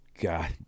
god